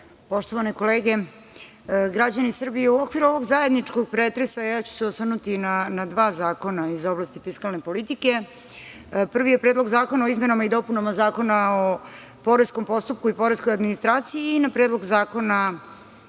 poštovane kolege, građani Srbije, u okviru ovog zajedničkog pretresa ja ću se osvrnuti na dva zakona iz oblasti fiskalne politike. Prvi je Predlog zakona o izmenama i dopunama Zakona o poreskom postupku i poreskoj administraciji i na Predlog zakona